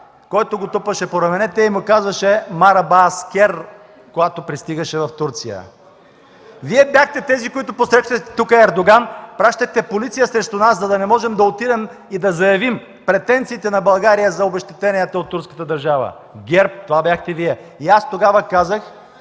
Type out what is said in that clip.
който го тупаше по раменете и му казваше: „Мараба, аскер!”, когато пристигаше в Турция. Вие бяхте тези, които посрещахте тук Ердоган, пращахте полиция срещу нас, за да не можем да отидем и да заявим претенциите на България за обезщетението от турската държава. ГЕРБ, това бяхте Вие! И аз тогава казах